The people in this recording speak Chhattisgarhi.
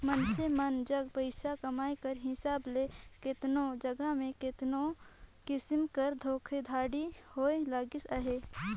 मइनसे मन जग पइसा कमाए कर हिसाब ले केतनो जगहा में केतनो किसिम कर धोखाघड़ी होए लगिस अहे